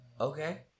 okay